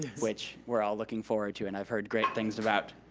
which we're all looking forward to and i've heard great things about.